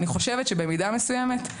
צריך להבין שכשוועדה מתכנסת בכנסת,